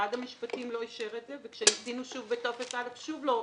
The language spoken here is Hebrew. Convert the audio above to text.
משרד המשפטים לא אישר את זה וכשניסינו שוב בטופס א' שוב לא אישרו.